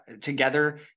together